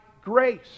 grace